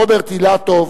רוברט אילטוב,